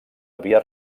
havia